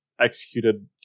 executed